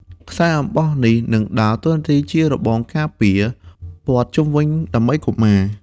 ខ្សែអំបោះនេះនឹងដើរតួជា របងការពារ ព័ទ្ធជុំវិញដើម្បីកុមារ។